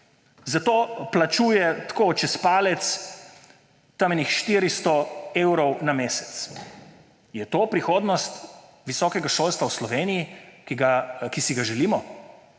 za to plačuje, tako čez palec, tam enih 400 evrov na mesec. Je to prihodnost visokega šolstva v Sloveniji, ki si ga želimo?